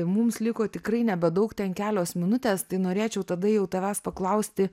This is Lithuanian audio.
mums liko tikrai nebedaug ten kelios minutės tai norėčiau tada jau tavęs paklausti